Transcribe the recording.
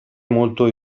molto